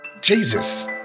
Jesus